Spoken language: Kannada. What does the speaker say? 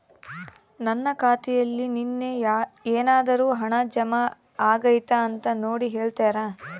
ನನ್ನ ಖಾತೆಯಲ್ಲಿ ನಿನ್ನೆ ಏನಾದರೂ ಹಣ ಜಮಾ ಆಗೈತಾ ಅಂತ ನೋಡಿ ಹೇಳ್ತೇರಾ?